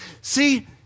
See